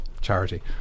charity